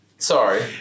Sorry